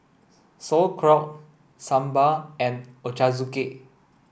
Sauerkraut Sambar and Ochazuke